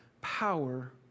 power